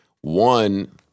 One